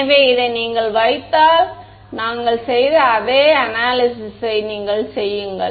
எனவே இதை நீங்கள் வைத்தால் நாங்கள் செய்த அதே அனாலிசிஸ் யை நீங்கள் செய்யுங்கள்